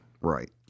Right